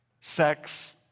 sex